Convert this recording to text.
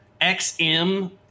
XM